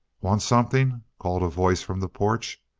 want something? called a voice from the porch.